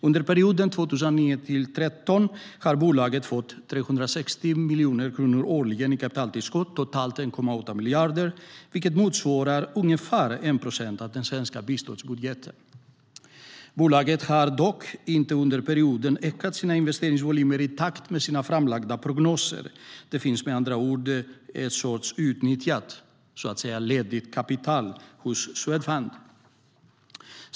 Under perioden 2009-2013 har bolaget fått 360 miljoner kronor årligen i kapitaltillskott, totalt 1,8 miljarder, vilket motsvarar ungefär 1 procent av den svenska biståndsbudgeten. Bolaget har dock inte under perioden ökat sina investeringsvolymer i takt med sina framlagda prognoser. Det finns med andra ord ett sorts outnyttjat, ledigt, kapital hos Swedfund.